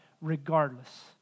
regardless